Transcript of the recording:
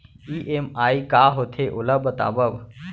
EMI का होथे, ओला बतावव